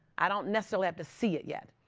i don't necessarily have to see it yet.